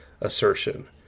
assertion